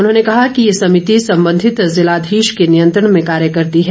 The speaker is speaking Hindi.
उन्होंने कहा कि यह समिति संबंधित जिलाधीश के नियंत्रण में कार्य करती है